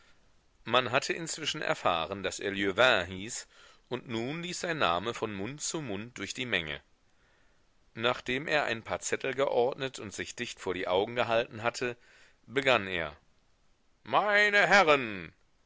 man hatte inzwischen erfahren daß er lieuvain hieß und nun lief sein name von mund zu mund durch die menge nachdem er ein paar zettel geordnet und sich dicht vor die augen gehalten hatte begann er meine herren